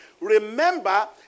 Remember